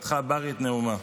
פתחה בארי את נאומה.